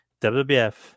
WWF